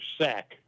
sack